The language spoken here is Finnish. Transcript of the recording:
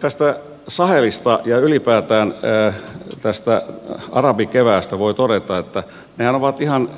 tästä sahelista ja ylipäätään tästä arabikeväästä voi todeta että nehän ovat ihan